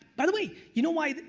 by the way, you know why.